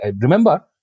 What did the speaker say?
Remember